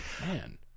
Man